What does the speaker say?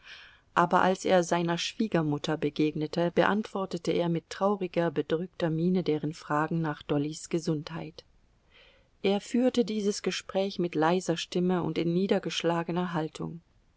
aber als er seiner schwiegermutter begegnete beantwortete er mit trauriger bedrückter miene deren fragen nach dollys gesundheit er führte dieses gespräch mit leiser stimme und in niedergeschlagener haltung